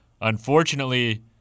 Unfortunately